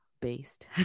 based